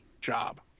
job